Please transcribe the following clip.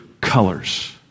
colors